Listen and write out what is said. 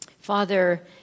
Father